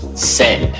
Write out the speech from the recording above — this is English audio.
say,